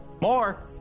MORE